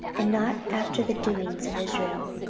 and not after the doings of israel.